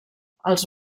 els